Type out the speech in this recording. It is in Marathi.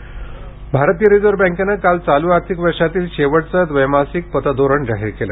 रिझर्व्ह बँक भारतीय रिझर्व्ह बँकेन काल चालू आर्थिक वर्षातील शेवटचं द्वैमासिक पतधोरण जाहीर केलं